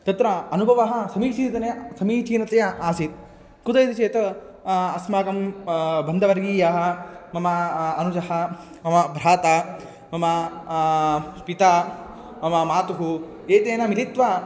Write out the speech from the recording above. तत्र अनुभवः समीचीनतया समीचीनतया आसीत् कुतः इति चेत् अस्माकं बन्धुवर्याः मम अनुजः मम भ्राता मम पिता मम मातुः एतैः मिलित्वा